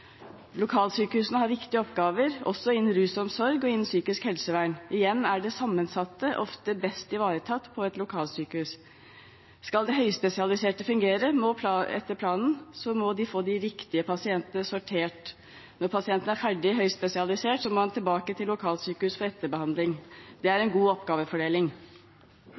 Lokalsykehusene har viktige oppgaver, også innenfor rusomsorg og psykisk helsevern. Igjen er det sammensatte ofte best ivaretatt på et lokalsykehus. Skal det høyspesialiserte fungere etter planen, må de få de riktige pasientene sortert. Når pasientene er ferdige hos de høyspesialiserte, må de tilbake til lokalsykehusene for etterbehandling. Det er en god oppgavefordeling.